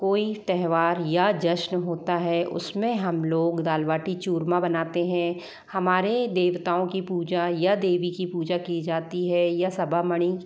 कोई त्योहार या जश्न होता है उसमें हम लोग दाल बाटी चूरमा बनाते है हमारे देवताओं की पूजा या देवी की पूजा की जाती है या सभामणि